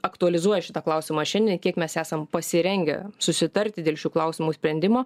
aktualizuoja šitą klausimą šiandien kiek mes esam pasirengę susitarti dėl šių klausimų sprendimo